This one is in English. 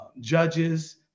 judges